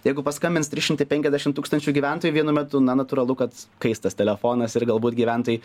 jeigu paskambins trys šimtai penkiasdešim tūkstančių gyventojų vienu metu na natūralu kad kais tas telefonas ir galbūt gyventojai